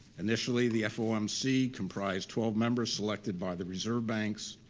initially, the fomc comprised twelve members selected by the reserve banks,